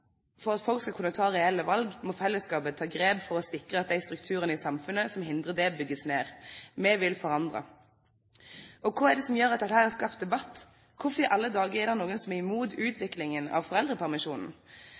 for at folk skal kunne ta reelle valg, må fellesskapet ta grep for å sikre at de strukturene i samfunnet som hindrer det, bygges ned. Vi vil forandre. Hva er det som gjør at dette har skapt debatt? Hvorfor i alle dager er det noen som er imot